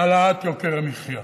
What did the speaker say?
העלאת יוקר המחיה.